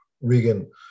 Regan